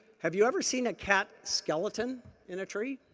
have you ever seen a cat skeleton in a tree?